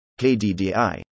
KDDI